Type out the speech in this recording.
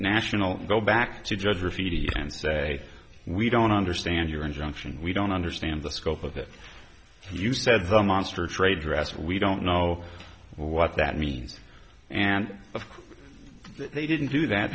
national go back to judge or pheidias and say we don't understand your injunction we don't understand the scope of it you said the monster trade dress we don't know what that means and of course they didn't do that